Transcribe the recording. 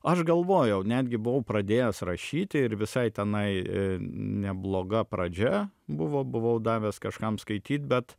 aš galvojau netgi buvau pradėjęs rašyti ir visai tenai nebloga pradžia buvo buvau davęs kažkam skaityt bet